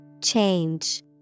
Change